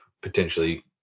potentially